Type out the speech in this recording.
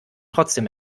trotzdem